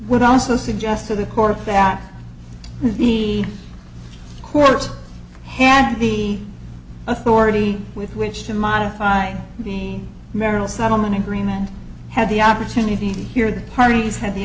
would also suggest to the court that be courts had to be authority with which to modify the marital settlement agreement had the opportunity to hear the parties had the